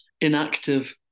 inactive